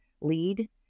Lead